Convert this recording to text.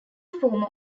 former